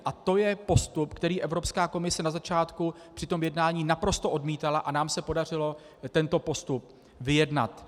A to je postup, který Evropská komise na začátku při tom jednání naprosto odmítala, a nám se podařilo tento postup vyjednat.